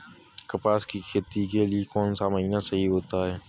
कपास की खेती के लिए कौन सा महीना सही होता है?